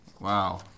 Wow